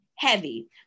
Heavy